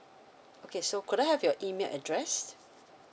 okay so could I have your email address